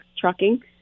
Trucking